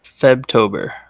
Febtober